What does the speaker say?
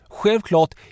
Självklart